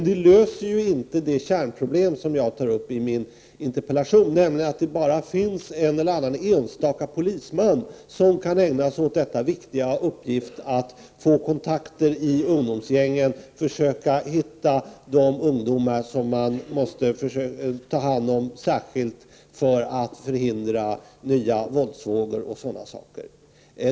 Det löser ändå inte det kärnproblem som jag tar upp i min interpellation, nämligen att det bara finns en eller annan enstaka polisman som kan ägna sig åt den viktiga uppgiften att få kontakter i ungdomsgängen och försöka hitta de ungdomar som måste tas om hand särskilt för att nya våldsvågor skall kunna förhindras.